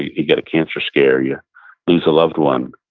you get a cancer scare, you lose a loved one.